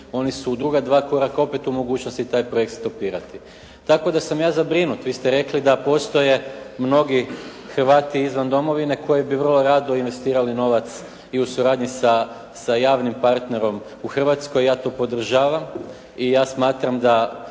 oni u su druga dva koraka opet u mogućnosti taj projekt stopirati. Tako da sam ja zabrinut. Vi ste rekli da postoje mnogi Hrvati izvan Domovine koji bi vrlo rado investirali novac i u suradnji sa javnim partnerom u Hrvatskoj, ja to podržavam i ja smatram da